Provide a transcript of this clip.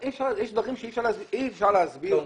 יש דברים שאי אפשר להסביר.